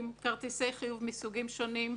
בכרטיסים,